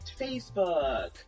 Facebook